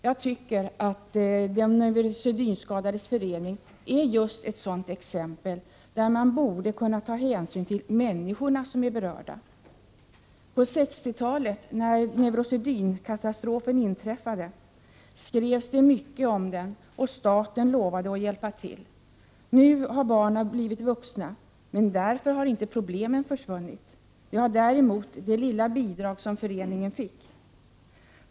Jag tycker att de neurosedynskadades förening är just ett sådant exempel, där man borde kunna ta hänsyn till människorna som är berörda. På 1960-talet när neurosedynkatastrofen inträffade skrevs det mycket om den, och staten lovade att hjälpa till. Nu har barnen blivit vuxna men därför har inte problemen försvunnit. Det har däremot det lilla bidrag som föreningen fick.